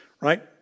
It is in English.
right